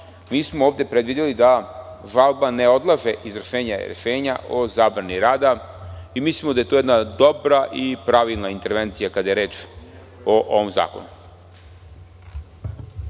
smo predvideli da žalba ne odlaže izvršenje rešenja o zabrani rada. Mislimo da je to jedna dobra i pravilna intervencija kada je reč o ovom zakonu.